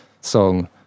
song